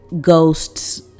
ghosts